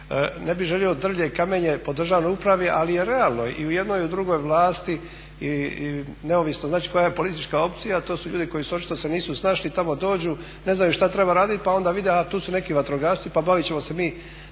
Ne bih želio drvlje i kamenje po državnoj upravi, ali je realno i u jednoj i u drugoj vlasti i neovisno znači koja je politička opcija to su ljudi koji očito se nisu snašli, tamo dođu, ne znaju šta treba radit, pa onda vide a tu su neki vatrogasci pa bavit ćemo se mi